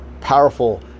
powerful